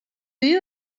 you